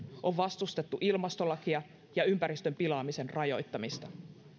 on vastustettu ilmastolakia ja ympäristön pilaamisen rajoittamista